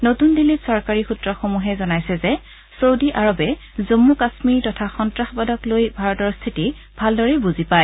নতুন দিল্লীত চৰকাৰী সূত্ৰসমূহে জনাইছে যে চৌদী আৰৱে জম্মু কাম্মীৰ তথা সন্তাসবাদক লৈ ভাৰতৰ স্থিতি ভালদৰে বুজি পায়